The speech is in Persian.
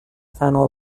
فنا